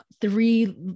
three